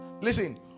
listen